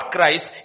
Christ